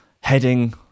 Heading